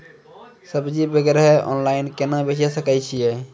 सब्जी वगैरह ऑनलाइन केना बेचे सकय छियै?